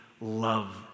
love